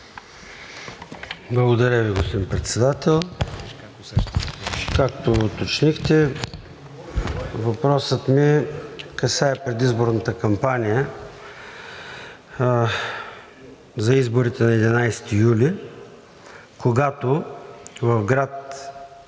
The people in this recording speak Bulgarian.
Благодаря Ви, господин Председател. Както уточнихте, въпросът ми касае предизборната кампания за изборите на 11 юли 2021 г., когато в град